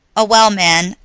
a well man,